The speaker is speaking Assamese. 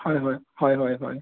হয় হয় হয় হয় হয়